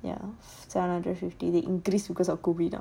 seven hundred fifty they increased because of COVID